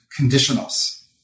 conditionals